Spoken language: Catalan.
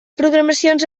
programacions